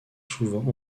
souvent